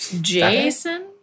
Jason